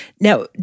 Now